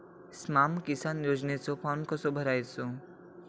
स्माम किसान योजनेचो फॉर्म कसो भरायचो?